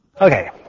Okay